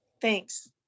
Thanks